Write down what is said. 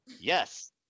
Yes